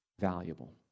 valuable